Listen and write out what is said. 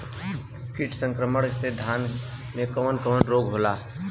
कीट संक्रमण से धान में कवन कवन रोग होला?